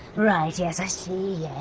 right. yes. i see.